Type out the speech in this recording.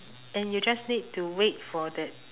and you just need to wait for that